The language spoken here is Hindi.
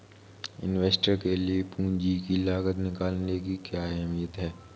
इन्वेस्टर के लिए पूंजी की लागत निकालने की क्या अहमियत है?